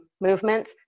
movement